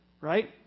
right